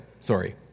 Sorry